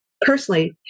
personally